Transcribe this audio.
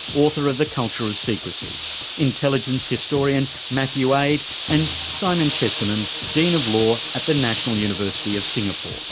author of the culture of secrecy intelligence historian matthew aid and simon chesterman, dean of law at the national university of singapore.